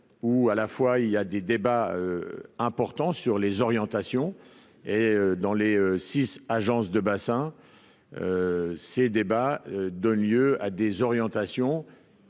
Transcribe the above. ou à la fois il y a des débats importants sur les orientations et dans les 6 agences de bassin ces débats donne lieu à des orientations.